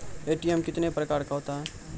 ATM कितने प्रकार का होता हैं?